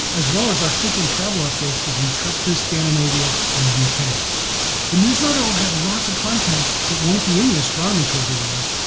as well as our frequent travel updates as we trek through scandinavia and the yeah uk. the newsletter will have lots of content that won't be in the astronomy tour videos.